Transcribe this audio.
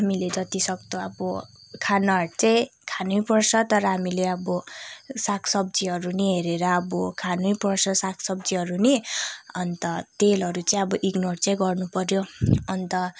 हामीले जति सक्दो अब खानाहरू चाहिँ खानैपर्छ तर हामीले अब सागसब्जीहरू नि हेरेर अब खानैपर्छ सागसब्जीहरू नि अन्त तेलहरू चाहिँ अब इग्नोर चाहिँ गर्नुपऱ्यो अन्त